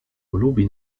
lubi